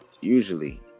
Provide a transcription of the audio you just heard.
usually